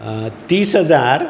तीस हजार